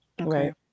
Right